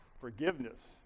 forgiveness